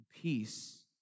peace